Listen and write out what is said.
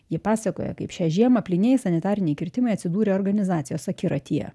ji pasakoja kaip šią žiemą plynieji sanitariniai kirtimai atsidūrė organizacijos akiratyje